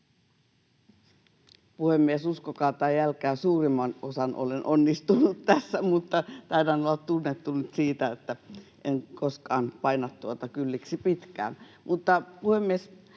Puhemies! Uskokaa tai älkää, suurimmaksi osaksi olen onnistunut tässä, mutta taidan olla tunnettu siitä, että en koskaan paina tuota kylliksi pitkään. Mutta, puhemies,